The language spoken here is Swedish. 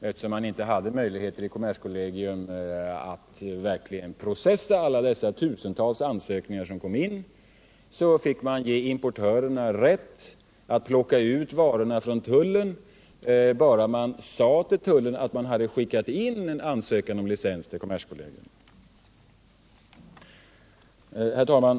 Eftersom kommerskollegium inte hade möjlighet att verkligen processa om de tusentals ansökningar som kom in, fick man ge importörerna rätt att ta ut varorna från tullen, bara de uppgav till tullverket att de till kommerskollegium hade skickat en ansökan om licens. Herr talman!